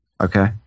Okay